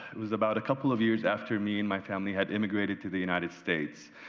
it was about a couple of years after me and my family had immigrated to the united states.